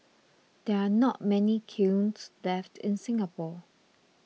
there are not many kilns left in Singapore